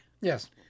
Yes